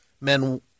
men